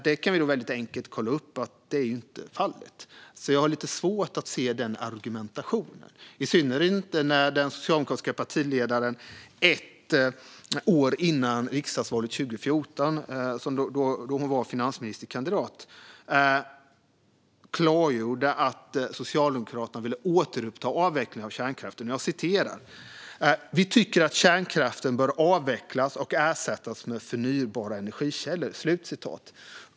Det är väldigt enkelt att kolla upp att så inte är fallet, så jag har lite svårt att förstå argumentationen, i synnerhet eftersom den socialdemokratiska partiledaren ett år före riksdagsvalet 2014, då hon var finansministerkandidat, klargjorde att Socialdemokraterna ville återuppta avvecklingen av kärnkraften. Hon sa: "Vi tycker att kärnkraften bör avvecklas och ersättas med förnybara energikällor."